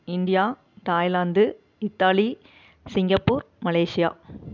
India Thailand Italy Singapore Malaysia